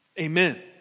Amen